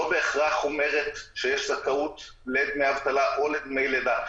בהכרח אומרת שיש זכאות לדמי אבטלה או לדמי לידה.